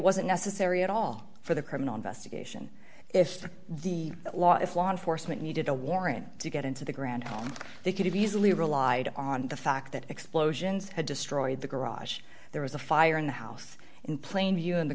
wasn't necessary at all for the criminal investigation if the law if law enforcement needed a warrant to get into the grand home they could have easily relied on the fact that explosions had destroyed the garage there was a fire in the house in plain view in the